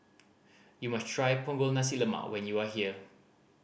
you must try Punggol Nasi Lemak when you are here